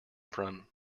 from